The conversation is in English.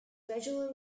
gradually